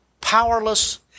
powerless